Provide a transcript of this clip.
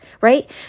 right